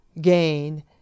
gain